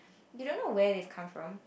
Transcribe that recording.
you don't know where they've come from